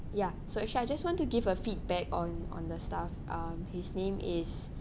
ya so actually I just want to give a feedback on on the staff um his name is